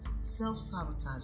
self-sabotage